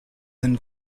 than